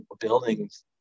buildings